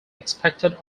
expected